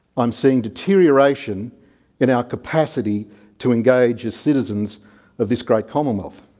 i'm seeing deterioration in our capacity to engage as citizens of this great commonwealth.